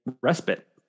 respite